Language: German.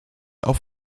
auf